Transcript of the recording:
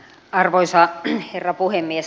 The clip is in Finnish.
arvoisa herra puhemies